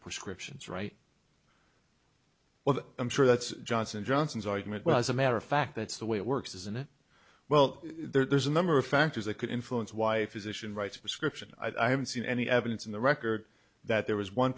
prescriptions right well i'm sure that's johnson johnson's argument well as a matter of fact that's the way it works isn't it well there's a number of factors that could influence wife is ition rights prescription i haven't seen any evidence in the record that there was one